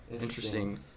interesting